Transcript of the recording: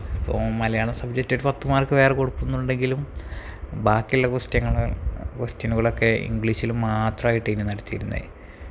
ഇപ്പോള് മലയാള സബ്ജെക്ട് ഒരു പത്ത് മാർക്ക് വേറെ കൊടുക്കുന്നുണ്ടെങ്കിലും ബാക്കിയുള്ള ക്വസ്റ്റിയനുകളൊക്കെ ഇംഗ്ലീഷിൽ മാത്രായിട്ടേനു നടത്തിയിരുന്നത്